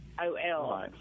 O-L